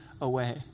away